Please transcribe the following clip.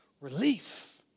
relief